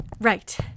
Right